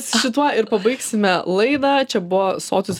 su tuo ir pabaigsime laidą čia buvo sotūs